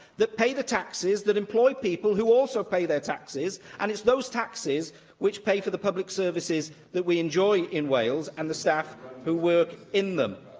that pay the taxes, that employ people who also pay their taxes, and it's those taxes that pay for the public services that we enjoy in wales, and the staff who work in them.